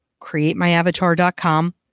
createmyavatar.com